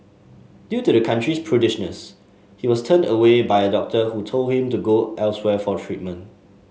due to the country's prudishness he was turned away by a doctor who told him to go elsewhere for treatment